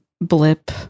blip